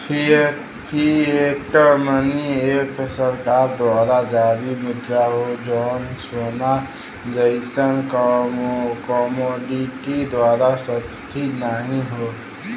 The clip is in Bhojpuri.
फिएट मनी एक सरकार द्वारा जारी मुद्रा हौ जौन सोना जइसन कमोडिटी द्वारा समर्थित नाहीं हौ